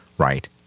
right